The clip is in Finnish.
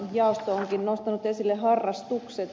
jaosto onkin nostanut esille harrastukset